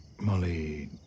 molly